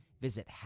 Visit